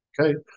okay